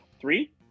Three